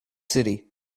city